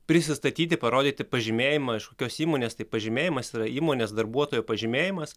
prisistatyti parodyti pažymėjimą iš kokios įmonės pažymėjimas yra įmonės darbuotojo pažymėjimas